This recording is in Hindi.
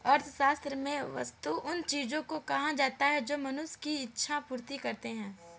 अर्थशास्त्र में वस्तु उन चीजों को कहा गया है जो मनुष्य की इक्षा पूर्ति करती हैं